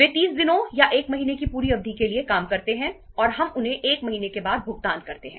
वे 30 दिनों या 1 महीने की पूरी अवधि के लिए काम करते हैं और हम उन्हें 1 महीने के बाद भुगतान करते हैं